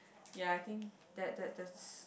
ya I think that that that's